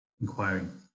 inquiring